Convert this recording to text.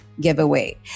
giveaway